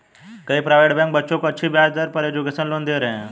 कई private bank बच्चों को अच्छी ब्याज दर पर एजुकेशन लोन दे रहे है